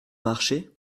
marché